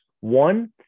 One